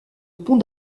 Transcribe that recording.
pont